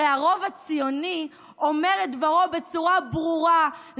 הרי הרוב הציוני אומר את דברו בצורה ברורה,